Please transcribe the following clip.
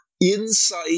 insight